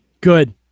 good